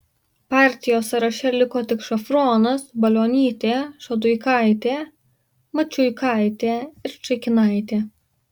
partijos sąraše liko tik šafronas balionytė šaduikaitė mačiuikaitė ir čaikinaitė